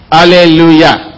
Hallelujah